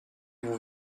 vous